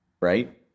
right